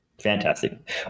fantastic